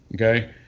okay